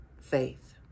faith